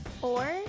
four